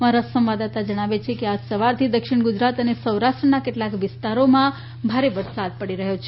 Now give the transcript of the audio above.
અમારા સંવાદદાતા જણાવે છે કે આજ સવારથી દક્ષિણ ગુજરાત અને સૌરાષ્ટ્રના કેટલાક વિસ્તારોમાં ભારે વરસાદ પડી રહથી છે